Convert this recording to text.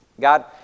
God